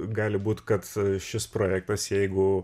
gali būt kad šis projektas jeigu